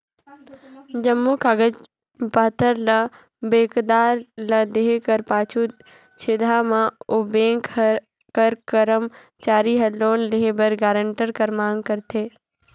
जम्मो कागज पाथर ल बेंकदार ल देहे कर पाछू छेदहा में ओ बेंक कर करमचारी हर लोन लेहे बर गारंटर कर मांग करथे